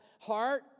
heart